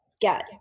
get